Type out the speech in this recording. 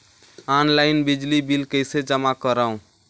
Online बिजली bill कइसे जमा करव?